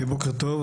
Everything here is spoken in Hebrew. בוקר טוב,